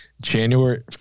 January